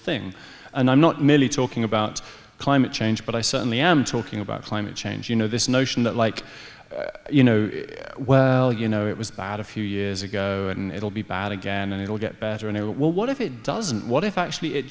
thing and i'm not merely talking about climate change but i certainly am talking about climate change you know this notion that like you know well you know it was bad a few years ago and it'll be bad again and it'll get better and what if it doesn't what if actually it